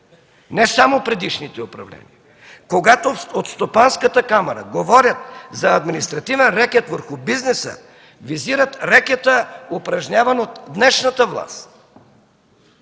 не само предишните управления. Когато от Стопанската камара говорят за административен рекет върху бизнеса, визират рекета, упражняван от днешната власт.